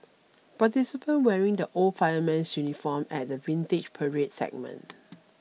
participants wearing the old fireman's uniform at the Vintage Parade segment